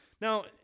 Now